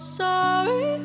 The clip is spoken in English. sorry